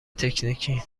تکنیکی